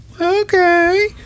okay